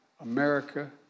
America